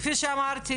כפי שאמרתי,